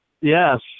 Yes